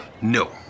No